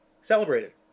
celebrated